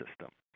system